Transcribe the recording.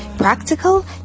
Practical